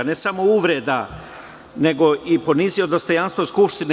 Ne samo uvreda, nego i ponizio dostojanstvo Skupštine.